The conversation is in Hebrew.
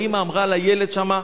האמא אמרה על הילד שם,